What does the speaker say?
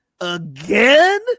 again